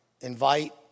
invite